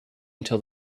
until